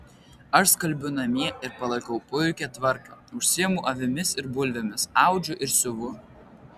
aš skalbiu namie ir palaikau puikią tvarką užsiimu avimis ir bulvėmis audžiu ir siuvu